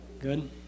good